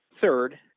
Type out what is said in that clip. Third